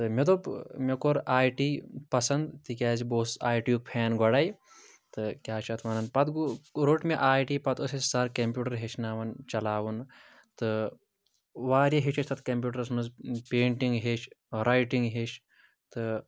تہٕ مےٚ دوٚپ مےٚ کوٚر آئی ٹی پَسنٛد تِکیٛازِ بہٕ اوسُس آئی ٹی یُک فین گۄڈے تہٕ کیٛاہ چھِ اتھ وَنان پتہٕ گوٚو روٚٹ مےٚ آئی ٹی پتہٕ ٲسۍ اَسہِ سَر کمپیوٗٹر ہیٚچھناوان چلاوُن تہٕ واریاہ ہیٚچھ اَسہِ تتھ کمپیوٗٹرس منٛز پینٹِنٛگ ہیٚچھ رایٹِنٛگ ہیٚچھ تہٕ